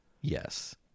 Yes